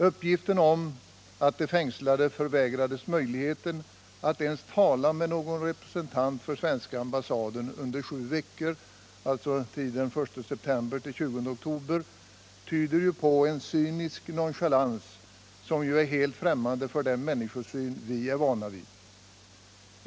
Uppgiften om att de fängslade förvägrades möjligheten att ens tala med någon representant för svenska ambassaden under sju veckor, alltså tiden den 1 september — den 20 oktober, tyder på en cynisk nonchalans som är helt främmande för den människosyn vi är vana vid.